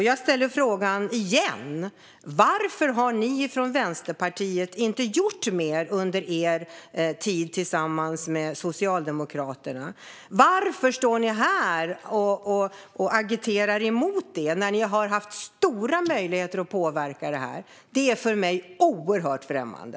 Jag ställer frågan igen: Varför har ni från Vänsterpartiet inte gjort mer under er tid tillsammans med Socialdemokraterna? Varför står ni här och agiterar emot det när ni har haft stora möjligheter att påverka detta? Det är för mig oerhört främmande.